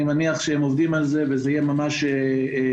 אני מניח שהם עובדים על זה וזה יהיה ממש אוטוטו.